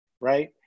right